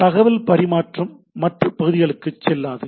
எனவே தகவல் பறிமாற்றம் மற்ற பகுதிகளுக்குச் செல்லாது